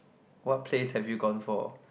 what place have you gone for